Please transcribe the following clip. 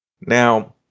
Now